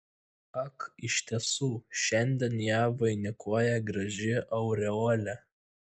ak iš tiesų šiandien ją vainikuoja graži aureolė